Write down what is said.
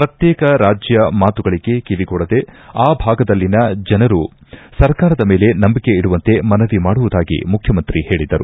ಪ್ರತ್ಯೇಕ ರಾಜ್ಯ ಮಾತುಗಳಿಗೆ ಕಿವಿಗೂಡದೆ ಆ ಭಾಗದಲ್ಲಿನ ಜನರು ಸರ್ಕಾರದ ಮೇಲೆ ನಂಬಿಕೆ ಇಡುವಂತೆ ಮನವಿ ಮಾಡುವುದಾಗಿ ಮುಖ್ಯಮಂತ್ರಿ ಹೇಳಿದರು